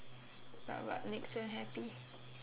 but what makes them happy